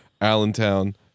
Allentown